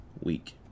week